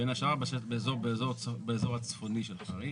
בין השאר באזור הצפוני של חריש.